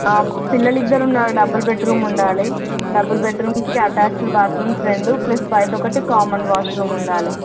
పిల్లలు ఇద్దరున్నారు double bedroom ఉండాలి డబుల్ బెడ్రూమ్కి అటాచెడ్ బాత్రూమ్స్ రెండు ప్లస్ బయట ఒకటి కామన్ వాష్రూమ్ ఉండాలి